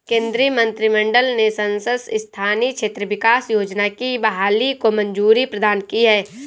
केन्द्रीय मंत्रिमंडल ने सांसद स्थानीय क्षेत्र विकास योजना की बहाली को मंज़ूरी प्रदान की है